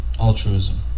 altruism